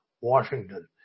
Washington